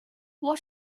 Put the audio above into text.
what